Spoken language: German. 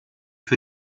für